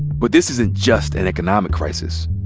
but this isn't just an economic crisis.